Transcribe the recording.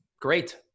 Great